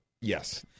Yes